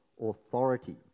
authority